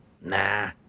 Nah